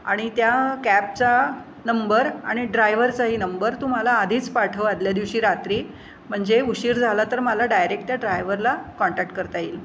आणि त्या कॅबचा नंबर आणि ड्रायव्हरचाही नंबर तू मला आधीच पाठव आधल्या दिवशी रात्री म्हणजे उशीर झाला तर मला डायरेक्ट त्या ड्रायवरला कॉन्टॅक्ट करता येईल